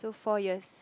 so four years